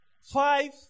Five